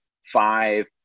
five